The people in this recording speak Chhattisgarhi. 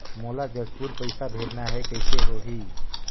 मोला जशपुर पइसा भेजना हैं, कइसे होही?